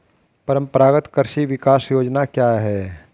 परंपरागत कृषि विकास योजना क्या है?